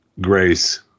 Grace